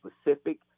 specific